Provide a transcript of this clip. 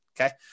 Okay